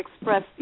express